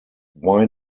why